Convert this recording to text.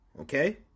Okay